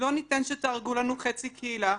לא ניתן שתהרגו לנו חצי קהילה.